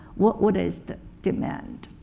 what what is the demand?